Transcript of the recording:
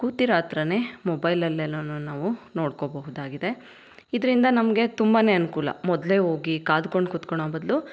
ಕೂತಿರೋ ಹತ್ರನೇ ಮೊಬೈಲಲ್ಲೆಲ್ಲನೂ ನಾವು ನೋಡ್ಕೋಬಹುದಾಗಿದೆ ಇದರಿಂದ ನಮಗೆ ತುಂಬನೇ ಅನುಕೂಲ ಮೊದಲೇ ಹೋಗಿ ಕಾಯ್ಕೊಂಡು ಕೂತ್ಕೊಳ್ಳೋ ಬದಲು